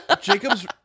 Jacob's